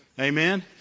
Amen